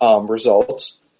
results